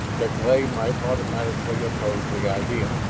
deklay might automatically oppose the idea.